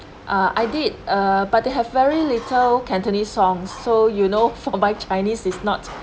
uh I did uh but they have very little cantonese songs so you know for my chinese is not